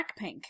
Blackpink